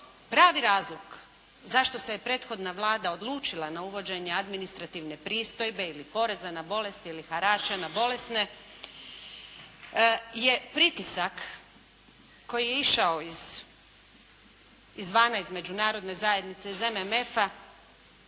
Pravi razlog zašto se prethodna Vlada odlučila na uvođenje administrativne pristojbe ili poreza na bolest ili harača na bolesne je pritisak koji je išao izvana iz međunarodne zajednice, iz